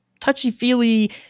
touchy-feely